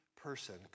person